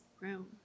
room